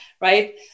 right